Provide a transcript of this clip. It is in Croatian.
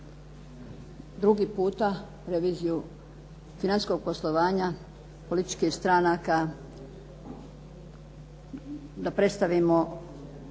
drugi puta, reviziju financijskog poslovanja političkih stranaka da predstavimo